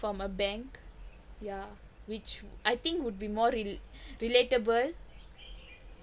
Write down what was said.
from a bank yeah which I think would be more rel~ relatable